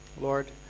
Lord